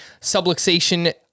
subluxation